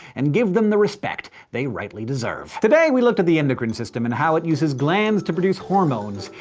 and give them the respect they rightly deserve. today we looked at the endocrine system, and how it uses glands to produce hormones.